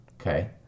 Okay